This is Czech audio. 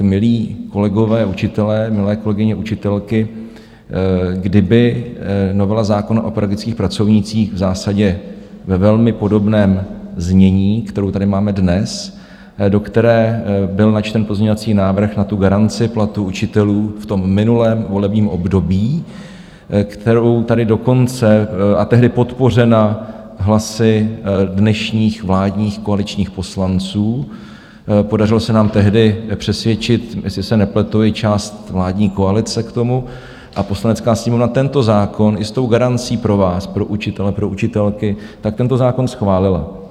Milí kolegové učitelé, milé kolegyně učitelky, kdyby novela zákona o pedagogických pracovnících, v zásadě ve velmi podobném znění, kterou tady máme dnes, do které byl načten pozměňovací návrh na garanci platů učitelů v minulém volebním období, kterou tady dokonce a tehdy podpořena hlasy dnešních vládních koaličních poslanců, podařilo se nám tehdy přesvědčit, jestli se nepletu, i část vládní koalice k tomu a Poslanecká sněmovna tento zákon i s garancí pro vás, pro učitele, pro učitelky, tento zákon schválila.